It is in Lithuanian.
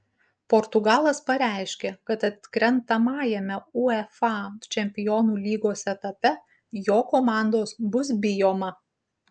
portugalas pareiškė kad atkrentamajame uefa čempionų lygos etape jo komandos bus bijoma